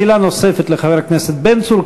שאלה נוספת לחבר הכנסת בן צור.